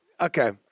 Okay